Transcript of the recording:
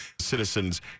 citizens